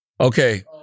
Okay